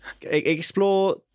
explore